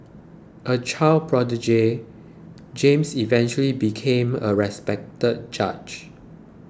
a child prodigy James eventually became a respected judge